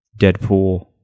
Deadpool